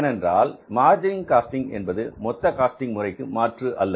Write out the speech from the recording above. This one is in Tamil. ஏனென்றால் மார்ஜினல் காஸ்டிங் என்பது மொத்த காஸ்டிங் முறைக்கு மாற்று அல்ல